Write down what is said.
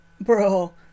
Bro